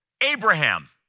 Abraham